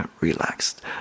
relaxed